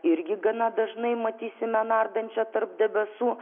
irgi gana dažnai matysime nardančią tarp debesų